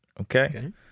Okay